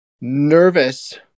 nervous